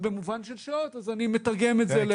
במובן של שעות אז אני מתרגם את זה לשעות.